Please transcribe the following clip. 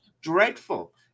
Dreadful